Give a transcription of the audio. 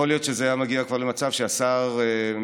יכול להיות שזה היה מגיע כבר למצב שהשר מקבל